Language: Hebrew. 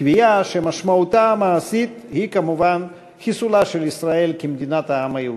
קביעה שמשמעותה המעשית היא כמובן חיסולה של ישראל כמדינת העם היהודי.